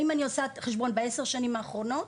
אם אני עושה חשבון בעשר השנים האחרונות